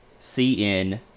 CN